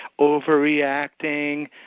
overreacting